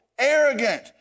arrogant